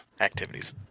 activities